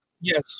Yes